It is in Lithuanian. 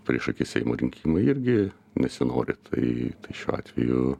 priešaky seimo rinkimai irgi nesinori tai šiuo atveju